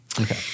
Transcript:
Okay